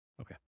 Okay